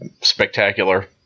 spectacular